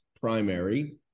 primary